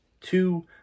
two